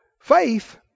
faith